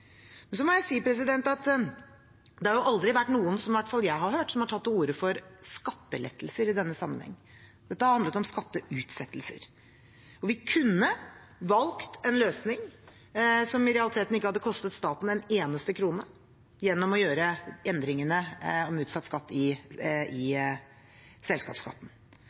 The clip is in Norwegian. Det har aldri vært noen – i hvert fall ikke som jeg har hørt – som har tatt til orde for skattelettelser i denne sammenheng. Dette har handlet om skatteutsettelser. Vi kunne ha valgt en løsning som i realiteten ikke hadde kostet staten en eneste krone, gjennom å gjøre endringene om utsatt skatt i selskapsskatten. Jeg synes det er litt forunderlig at regjeringspartiene, med Høyre i